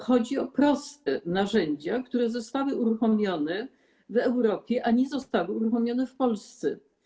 Chodzi o proste narzędzia, które zostały uruchomione w Europie, a nie zostały uruchomione w Polsce.